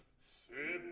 see